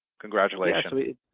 Congratulations